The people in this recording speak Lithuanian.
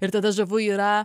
ir tada žavu yra